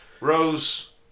Rose